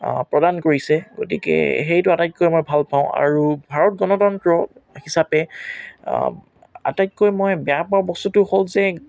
প্ৰদান কৰিছে গতিকে সেইটো মই আটাইতকৈ ভাল পাওঁ আৰু ভাৰত গণতন্ত্ৰ হিচাপে আটাইতকৈ মই বেয়া পোৱা বস্তুটো হ'ল যে